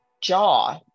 jaw